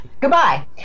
goodbye